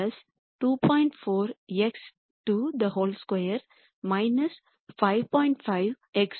4 x2 2 5